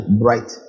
bright